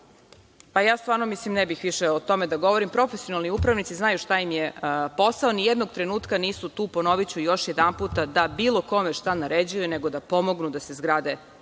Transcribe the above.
ja stvarno ne bih više o tome da govorim. Profesionalni upravnici znaju šta im je posao. Nijednog trenutka nisu tu, ponoviću još jedanput da bilo kome šta naređuju nego da pomognu da se zgrade